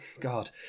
God